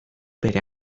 bere